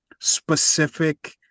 specific